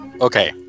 Okay